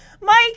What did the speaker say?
Mike